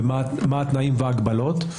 ומה התנאים והגבלות.